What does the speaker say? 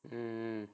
mm